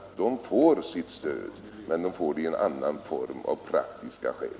Fosterbarnen får sitt stöd, men de får det i en annan form — av praktiska skäl.